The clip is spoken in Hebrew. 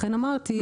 לכן אמרתי,